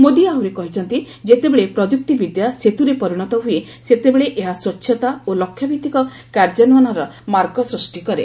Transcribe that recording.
ମୋଦି ଆହୁରି କହିଛନ୍ତି ଯେତେବେଳେ ପ୍ରଯୁକ୍ତି ବିଦ୍ୟା ସେତୁରେ ପରିଣତ ହୁଏ ସେତେବେଳେ ଏହା ସ୍ୱଚ୍ଚତା ଓ ଲକ୍ଷ୍ୟଭିତ୍ତିକ କାର୍ଯ୍ୟାନ୍ୱୟନର ମାର୍ଗ ସୃଷ୍ଟି କରେ